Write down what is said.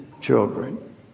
children